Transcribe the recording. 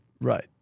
Right